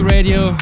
Radio